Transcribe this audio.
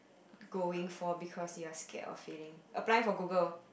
going for because you are scared of failing applying for Google